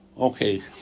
Okay